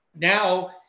now